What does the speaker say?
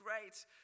great